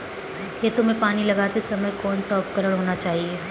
खेतों में पानी लगाते समय कौन सा उपकरण होना चाहिए?